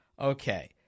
Okay